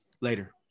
later